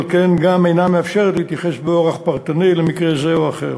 על כן גם אינה מאפשרת להתייחס באורח פרטני למקרה זה או אחר.